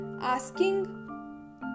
asking